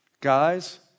Guys